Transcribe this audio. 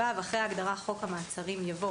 אחרי ההגדרה "חוק המעצרים" יבוא: